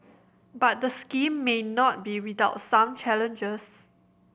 but the scheme may not be without some challenges